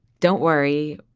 don't worry,